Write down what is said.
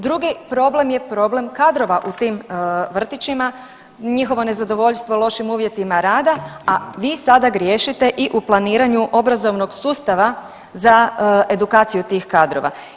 Drugi problem je problem kadrova u tim vrtićima, njihovo nezadovoljstvo lošim uvjetima rada, a vi sada griješite i u planiranju obrazovnog sustava za edukaciju tih kadrova.